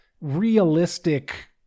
realistic